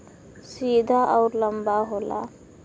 सीधा अउर लंबा होला